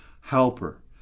helper